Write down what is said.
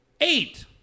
Eight